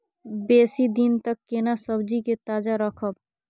बेसी दिन तक केना सब्जी के ताजा रखब?